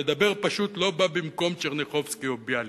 לדבר פשוט לא בא במקום טשרניחובסקי או ביאליק.